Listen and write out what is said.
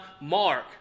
Mark